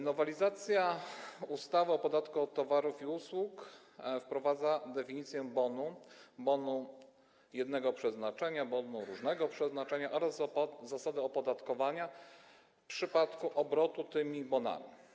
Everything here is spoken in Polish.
Nowelizacja ustawy o podatku od towarów i usług wprowadza definicję bonu, bonu jednego przeznaczenia i bonu różnego przeznaczenia oraz zasadę opodatkowania w przypadku obrotu tymi bonami.